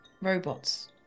robots